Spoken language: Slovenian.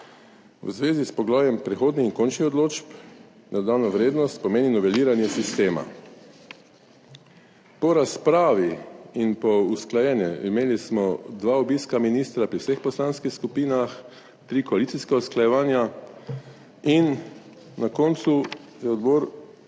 V zvezi s poglavjem prehodnih in končnih odločb na dodano vrednost pomeni noveliranje sistema. Po razpravi in po usklajeni, imeli smo dva obiska ministra pri vseh poslanskih skupinah, tri koalicijska usklajevanja in na koncu je odbor